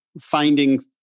finding